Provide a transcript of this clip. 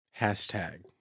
Hashtag